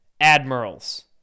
admirals